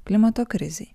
klimato krizei